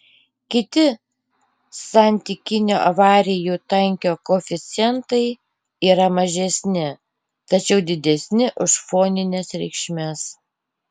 kiti santykinio avarijų tankio koeficientai yra mažesni tačiau didesni už fonines reikšmes